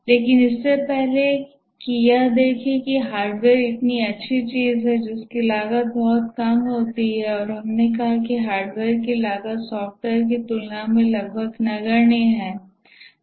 लेकिन इससे पहले कि यह देखें कि यदि हार्डवेयर इतनी अच्छी चीज है जिसकी लागत बहुत कम होती है और हमने कहा कि हार्डवेयर की लागत सॉफ्टवेयर तुलना में लगभग नगण्य है